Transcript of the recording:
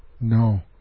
no